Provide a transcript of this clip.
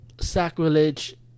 sacrilege